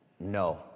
No